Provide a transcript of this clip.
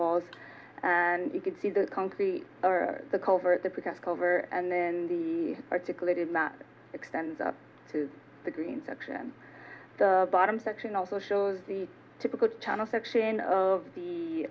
was and you can see the concrete the cover the protest over and then the articulated that extends up to the green section the bottom section also shows the typical china section of the